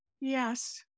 yes